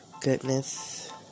goodness